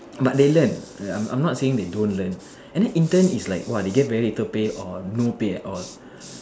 but they learn I'm I'm not saying they don't learn and then intern is like !wow! they get very little pay or no pay at all